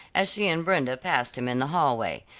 as she and brenda passed him in the hallway.